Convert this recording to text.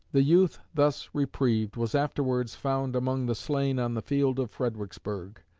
the youth thus reprieved was afterwards found among the slain on the field of fredericksburg,